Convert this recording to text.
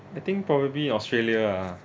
I think probably australia ah